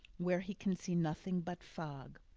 where he can see nothing but fog.